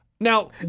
Now